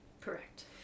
correct